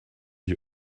you